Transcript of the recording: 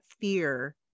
fear